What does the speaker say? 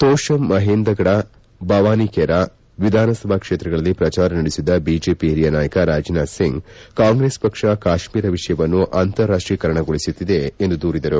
ತೋಷಂ ಮಹೇಂದರಫಡ ಭವಾನಿ ಕೇರ ವಿಧಾನಸಭಾ ಕ್ಷೇತ್ರಗಳಲ್ಲಿ ಪ್ರಚಾರ ನಡೆಸಿದ ಬಿಜೆಪಿ ಹಿರಿಯ ನಾಯಕ ರಾಜನಾಥ್ ಸಿಂಗ್ ಕಾಂಗ್ರೆಸ್ ಪಕ್ಷ ಕಾಶ್ಮೀರ ವಿಷಯವನ್ನು ಅಂತಾರಾಷ್ಷೀಕರಣ ಮಾಡುತ್ತಿದೆ ಎಂದು ದೂರಿದರು